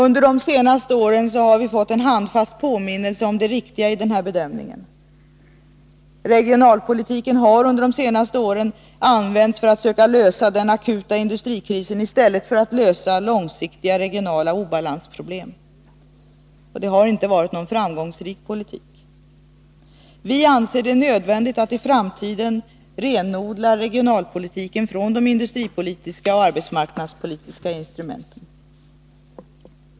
Under de senaste åren har vi fått en handfast påminnelse om det riktiga i denna bedömning. Regionalpolitiken har under de senaste åren använts för att söka lösa den akuta industrikrisen i stället för att lösa långsiktiga regionala obalansproblem. Det har inte varit någon framgångsrik politik. Vi anser det nödvändigt att i framtiden renodla regionalpolitiken från de industripolitiska och arbetsmarknadspolitiska instrumenten.